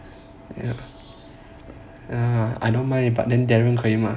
I don't mind but then darren 可以吗